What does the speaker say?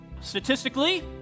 Statistically